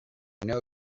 know